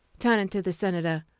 turning to the senator,